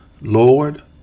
Lord